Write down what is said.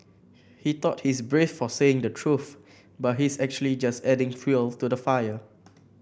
he thought he's brave for saying the truth but he's actually just adding fuel to the fire